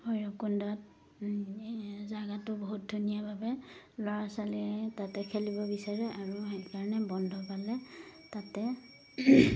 ভৈৰৱকুণ্ডত জেগাটো বহুত ধুনীয়া বাবে ল'ৰা ছোৱালীয়ে তাতে খেলিব বিচাৰে আৰু সেইকাৰণে বন্ধ পালে তাতে